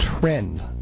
trend